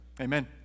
Amen